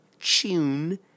tune